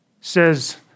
says